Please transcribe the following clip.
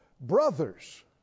brothers